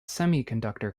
semiconductor